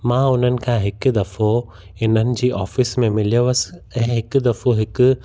मां उन्हनि खां हिकु दफ़ो हिननि जी ऑफ़िस में मिलियोसि ऐं हिकु दफ़ो हिकु